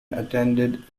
attended